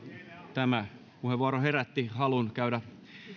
tämä puheenvuoro herätti halun käydä